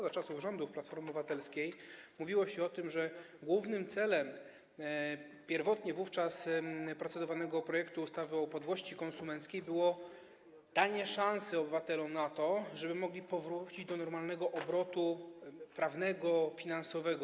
Za czasów rządów Platformy Obywatelskiej mówiło się o tym, że głównym celem pierwotnie wówczas procedowanego projektu ustawy o upadłości konsumenckiej było danie szansy obywatelom na to, żeby mogli powrócić do normalnego obrotu prawnego, finansowego.